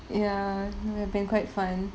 ya would have been quite fun